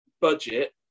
budget